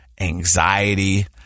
anxiety